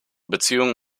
beziehungen